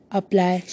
apply